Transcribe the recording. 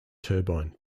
turbine